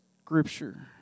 Scripture